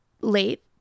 late